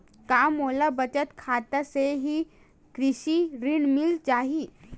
का मोला बचत खाता से ही कृषि ऋण मिल जाहि?